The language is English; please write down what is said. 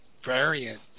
variant